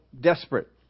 desperate